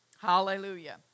Hallelujah